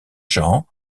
jean